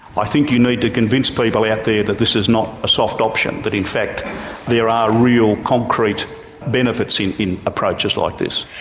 i think you need to convince people out there that this is not a soft option that in fact there are real concrete benefits in in approaches like this.